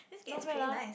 not bad lah